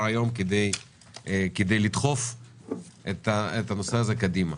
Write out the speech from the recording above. היום כדי לדחוף את הנושא הזה קדימה.